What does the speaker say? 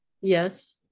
Yes